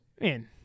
Man